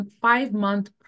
five-month